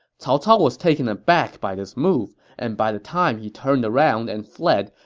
cao cao was taken aback by this move, and by the time he turned around and fled,